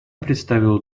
представила